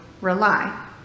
rely